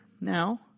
now